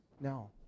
No